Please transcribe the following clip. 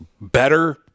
better